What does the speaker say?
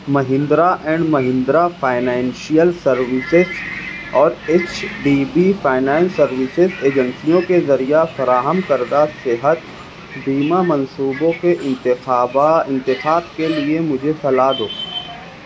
Mahindra and Mahindra financial services اور H D B finance services ایجنسیوں کے ذریعہ فراہم کردہ صحت بیمہ منصوبوں کے انتخابا انتخاب کے لیے مجھے صلاح دو